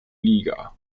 liga